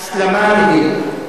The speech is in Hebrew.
לכן אנחנו צריכים להתכונן להסלמה.